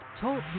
Talk